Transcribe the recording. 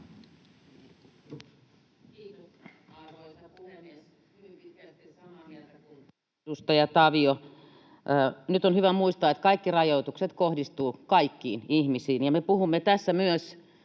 kuin edustaja Tavio. Nyt on hyvä muistaa, että kaikki rajoitukset kohdistuvat kaikkiin ihmisiin, ja me puhumme tässä myös